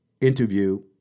interview